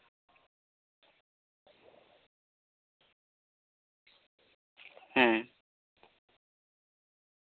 ᱦᱮᱸ